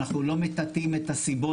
אנחנו לא מטאטאים את הסיבות,